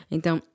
Então